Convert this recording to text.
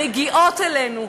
מגיעות אלינו,